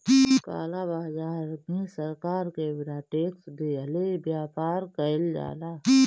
काला बाजार में सरकार के बिना टेक्स देहले व्यापार कईल जाला